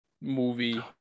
movie